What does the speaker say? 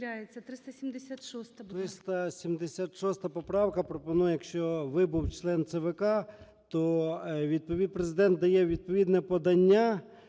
376 поправка пропонує, якщо вибув член ЦВК, то Президент дає відповідне подання,